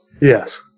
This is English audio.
yes